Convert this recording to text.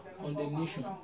condemnation